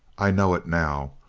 i know it now.